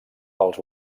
pels